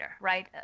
right